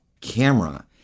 camera